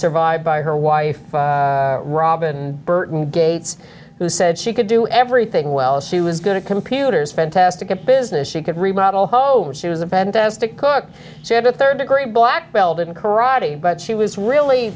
survived by her wife robin burton gates who said she could do everything well she was going to computers fantastic a business she could remodel oh she was a fantastic cook she had a third degree black belt in karate but she was really